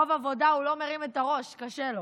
מרוב עבודה הוא לא מרים את הראש, קשה לו,